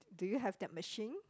do you have that machine